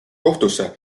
kohtusse